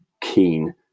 keen